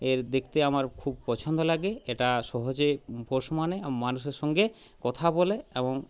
এর দেখতে আমার খুব পছন্দ লাগে এটা সহজে পোষ মানে মানুষের সঙ্গে কথা বলে এবং